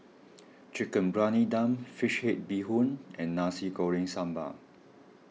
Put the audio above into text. Chicken Briyani Dum Fish Head Bee Hoon and Nasi Goreng Sambal